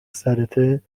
سرته